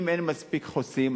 אם אין מספיק חוסים,